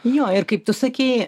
jo ir kaip tu sakei